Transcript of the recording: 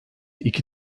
iki